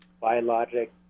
biologic